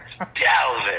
Dalvin